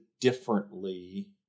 differently